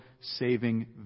saving